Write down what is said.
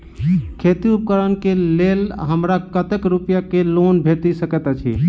खेती उपकरण केँ लेल हमरा कतेक रूपया केँ लोन भेटि सकैत अछि?